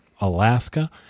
Alaska